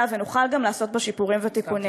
ונוכל גם לעשות בה שיפורים ותיקונים.